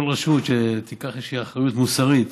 שכל רשות תיקח איזושהי אחריות מוסרית,